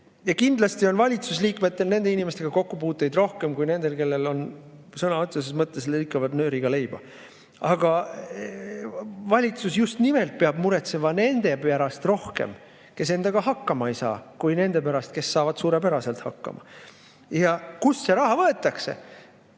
Kindlasti on valitsusliikmetel nende inimestega kokkupuuteid rohkem kui nendega, kes sõna otseses mõttes lõikavad nööriga leiba. Aga valitsus peab muretsema rohkem just nimelt nende pärast, kes endaga hakkama ei saa, kui nende pärast, kes saavad suurepäraselt hakkama. Ja kust see raha võetakse?